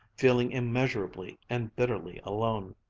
feeling immeasurably and bitterly alone.